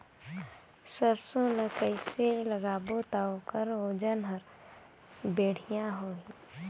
सरसो ला कइसे लगाबो ता ओकर ओजन हर बेडिया होही?